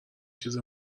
چیز